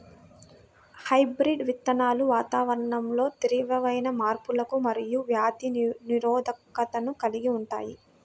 hybrid విత్తనాలు వాతావరణంలో తీవ్రమైన మార్పులకు మరియు వ్యాధి నిరోధకతను కలిగి ఉంటాయి